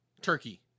Turkey